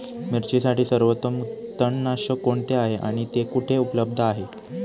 मिरचीसाठी सर्वोत्तम तणनाशक कोणते आहे आणि ते कुठे उपलब्ध आहे?